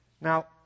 Now